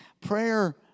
Prayer